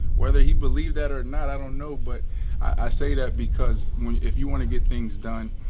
whether he believed that or not, i don't know. but i say that because if you wanna get things done,